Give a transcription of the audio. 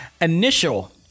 initial